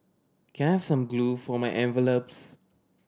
can I have some glue for my envelopes